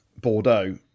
Bordeaux